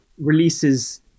releases